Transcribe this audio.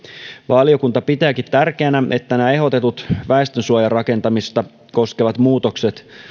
valiokunta pitääkin tärkeänä että nämä ehdotetut väestönsuojarakentamista koskevat muutokset